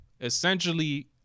Essentially